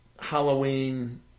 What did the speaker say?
Halloween